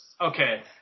okay